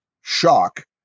shock